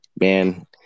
Man